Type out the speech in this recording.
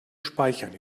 speichern